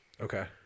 Okay